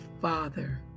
father